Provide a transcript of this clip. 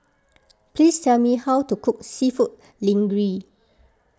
please tell me how to cook Seafood Linguine